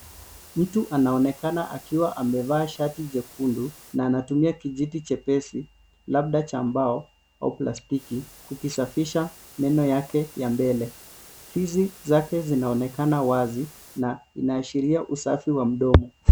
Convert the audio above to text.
Mtu anaonekana akiwa amevaa shati jekundu na anatumia kijiti chepesi labda cha mbao au plastiki kikisafisha meno yake ya mbele. Fizu zake zinaonekana wazi na inaashiria usafi wa mdomo.